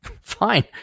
Fine